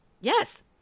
yes